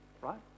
right